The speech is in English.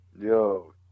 Yo